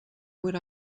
would